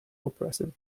oppressive